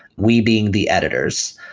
we being the editors.